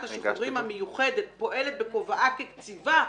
השחרורים המיוחדת פועלת בכובעה כוועדת קציבה,